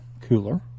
cooler